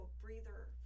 breather